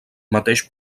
mateix